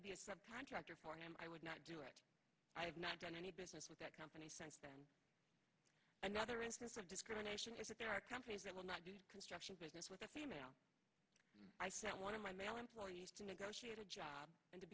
to be a subcontractor for him i would not do it i have not done any business with that company since then another instance of discrimination is that there are companies that will not construction business with a female i sent one of my male employees to negotiate a job and to